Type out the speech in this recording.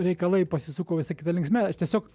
reikalai pasisuko visai kita linksme aš tiesiog